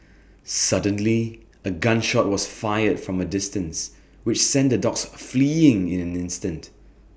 suddenly A gun shot was fired from A distance which sent the dogs fleeing in an instant